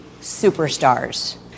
superstars